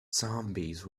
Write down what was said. zombies